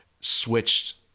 switched